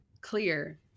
clear